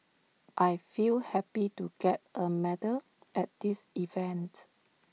I feel happy to get A medal at this event